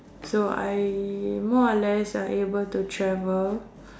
so I more or less are able to travel